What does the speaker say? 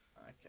Okay